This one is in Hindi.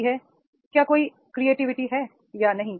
यही है क्या कोई क्रिएटिविटी है या नहीं